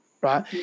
right